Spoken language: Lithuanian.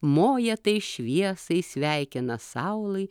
moja tai šviesai sveikina saulę